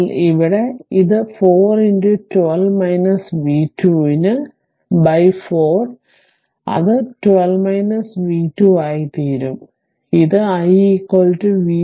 അതിനാൽ ഇവിടെ ഇത് 4 12 v 2 ന് 4 അത് 12 v 2 ആയിത്തീരും ഇത് i v 2 3